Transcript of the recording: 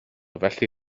felly